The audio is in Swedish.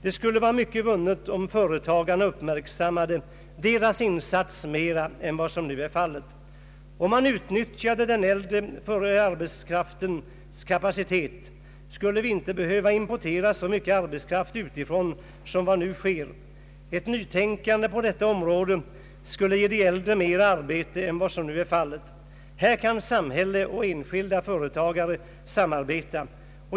Det skulle vara mycket vunnet om företagarna uppmärksammade deras insats mer än vad som nu är fallet. Om vi utnyttjade den äldre arbetskraftens kapacitet skulle vi inte behöva importera så mycket arbetskraft utifrån som vi nu gör. Ett nytänkande på detta område skulle ge de äldre mer arbete än de nu har. Här kan samhället och enskilda företagare samarbeta.